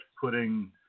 putting